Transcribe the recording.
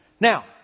Now